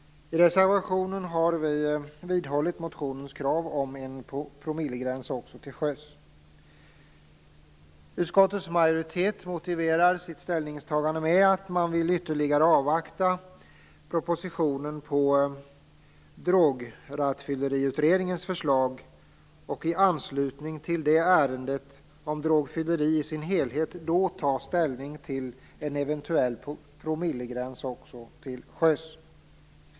I reservationen har vi vidhållit motionens krav på en promillegräns också till sjöss. Utskottets majoritet motiverar sitt ställningstagande med att man ytterligare vill avvakta propositionen kring Drog och rattfylleriutredningens förslag. Först i anslutning till det ärendet, om drogfylleri i dess helhet, vill man ta ställning till en eventuell promillegräns också till sjöss.